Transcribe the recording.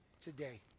today